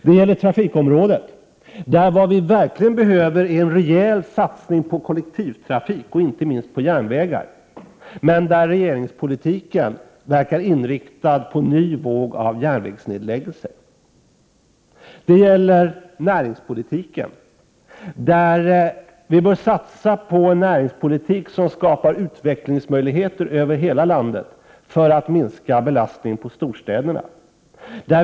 Det gäller trafikområdet, där vi verkligen behöver en rejäl satsning på kollektivtrafik, inte minst på järnvägar. Där verkar regeringen inriktad på en Prot. 1988/89:59 ny våg av järnvägsnedläggningar. 1 februari 1989 Det gäller näringspolitiken. Vi bör satsa på en näringspolitik, som skapar utvecklingsmöjligheter över hela landet för att minska belastningen på storstäderna.